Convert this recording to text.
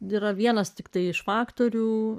yra vienas tiktai iš faktorių